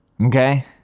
okay